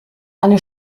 eine